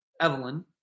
Evelyn